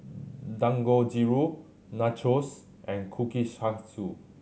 Dangojiru Nachos and Kushikatsu